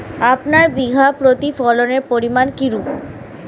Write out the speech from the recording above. আপনার বিঘা প্রতি ফলনের পরিমান কীরূপ?